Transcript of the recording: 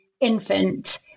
infant